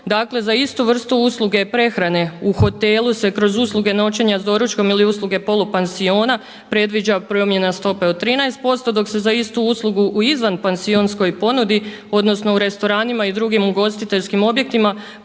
Dakle, za istu vrstu usluge prehrane u hotelu se kroz usluge noćenja sa doručkom ili usluge polupansiona predviđa promjena stope od 13% dok se za istu uslugu u izvanpansionskoj ponudi odnosno u restoranima i drugim ugostiteljskim objektima